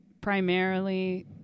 primarily